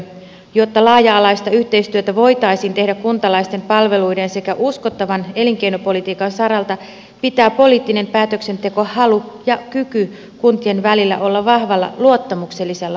jotta laaja alaista yhteistyötä voitaisiin tehdä kuntalaisten palveluiden sekä uskottavan elinkeinopolitiikan saralta pitää poliittisen päätöksentekohalun ja kyvyn kuntien välillä olla vahvalla luottamuksellisella pohjalla